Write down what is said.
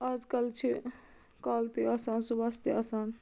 آز کَل چھِ کالہٕ تہِ آسان صُبحس تہِ آسان